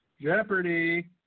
Jeopardy